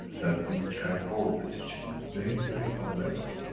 that we can go. the teaching of today is very fundamental.